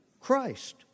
Christ